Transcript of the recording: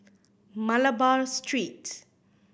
Malabar Street